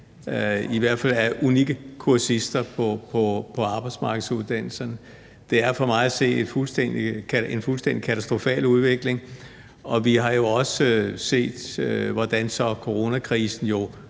i hvert fald unikke kursister på arbejdsmarkedsuddannelserne. Det er for mig at se en fuldstændig katastrofal udvikling. Og vi har jo også set, hvordan coronakrisen